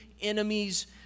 enemies